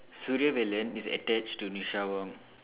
Suriavelan is attach to Nisha Wong